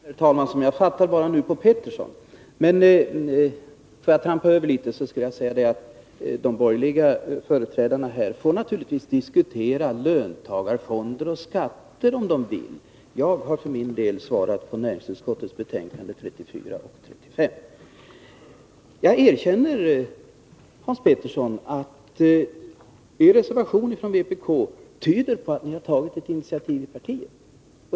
Herr talman! Som jag förstår saken har jag replikrätt bara på vad Hans Petersson i Hallstahammar sade. Men jag vill ändå säga att de borgerliga företrädarna här naturligtvis får diskutera löntagarfonder och skatter om de vill. Jag för min del har svarat på det som gäller näringsutskottets betänkanden 34 och 35. Jag erkänner, Hans Petersson, att den ifrågavarande reservationen från er tyder på att ni har tagit ett initiativ i partiet.